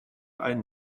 einen